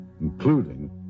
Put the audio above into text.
including